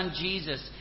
Jesus